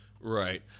Right